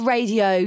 Radio